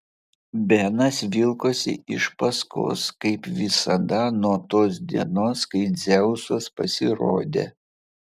benas vilkosi iš paskos kaip visada nuo tos dienos kai dzeusas pasirodė